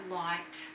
light